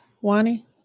Wani